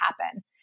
happen